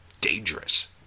dangerous